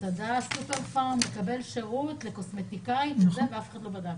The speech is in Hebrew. למסעדה ולסופר פארם ולקבל שירות לקוסמטיקאית ואף אחד לא בדק.